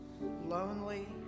lonely